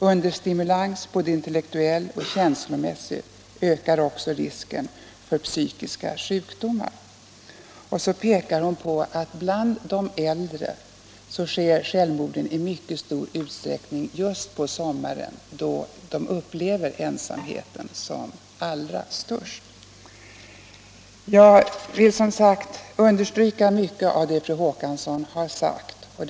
Understimulans, både intellektuell och känslomässig, ökar också risken för psykiska sjukdomar. Vidare framhålls att självmorden bland de äldre i mycket stor utsträckning sker just på sommaren, då de upplever ensamheten som allra störst. Jag vill som sagt understryka mycket av det som fru Håkansson framfört.